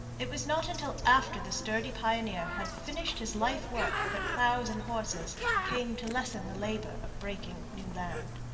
it was not until after the sturdy pioneer had finished his lifework that ploughs and horses came to lessen the labour of breaking new land.